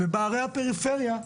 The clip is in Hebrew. ובערי הפריפריה,